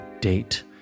date